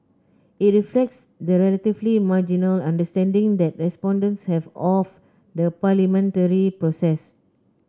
it reflects the relatively marginal understanding that respondents have of the parliamentary process